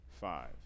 Five